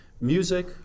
Music